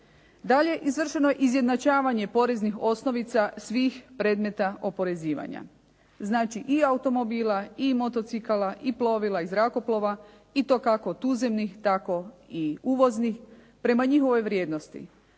Dalje, izvršeno je izjednačavanje poreznih osnovica svih predmeta oporezivanja. Znači i automobila i motocikala i plovila i zrakoplova i to kako tuzemnih, tako i uvoznih prema njihovoj vrijednosti.